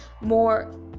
more